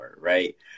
right